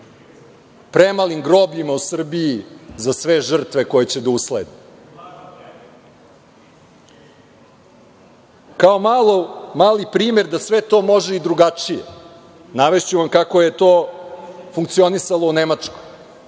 premalim grobljima u Srbiji za sve žrtve koje će da uslede. Kao mali primer da sve to može i drugačije navešću vam kako je to funkcionisalo u Nemačkoj.